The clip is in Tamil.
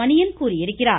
மணியன் கூறியிருக்கிறார்